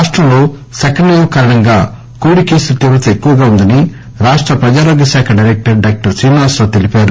రాష్టంలో second wave కారణంగా covid కేసుల తీవ్రత ఎక్కువగా ఉందని రాష్ట ప్రజారోగ్య శాఖ డైరెక్టర్ డాక్టర్ శ్రీనివాసరావు తెలిపారు